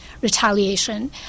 retaliation